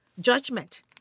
judgment